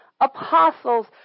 apostles